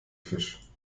fisch